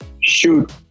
shoot